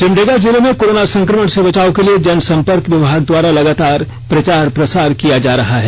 सिमडेगा जिले में कोर्राना संक्रमण से बचाव के लिए जनसंपर्क विभाग द्वारा लगातार प्रचार प्रसार किया जा रहा है